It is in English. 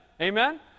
Amen